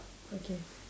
okay